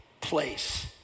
place